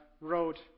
wrote